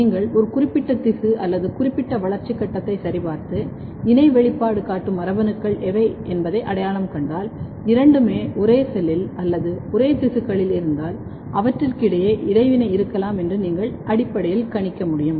நீங்கள் ஒரு குறிப்பிட்ட திசு அல்லது குறிப்பிட்ட வளர்ச்சிக் கட்டத்தை சரிபார்த்து இணை வெளிப்பாடு காட்டும் மரபணுக்கள் எவை என்பதை அடையாளம் கண்டால் இரண்டுமே ஒரே செல்லில் அல்லது ஒரே திசுக்களில் இருந்தால் அவற்றுக்கிடையே இடைவினை இருக்கலாம் என்று நீங்கள் அடிப்படையில் கணிக்க முடியும்